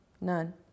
none